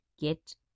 get